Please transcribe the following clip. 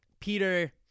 Peter